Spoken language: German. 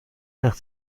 nach